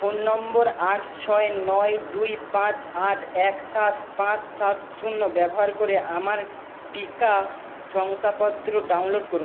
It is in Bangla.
ফোন নম্বর আট ছয় নয় দুই পাঁচ আট এক সাত পাঁচ সাত শূন্য ব্যবহার করে আমার টিকা শংসাপত্র ডাউনলোড করুন